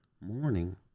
morning